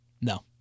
no